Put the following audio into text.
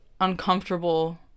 uncomfortable